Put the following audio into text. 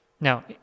Now